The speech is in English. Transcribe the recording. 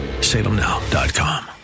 salemnow.com